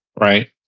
Right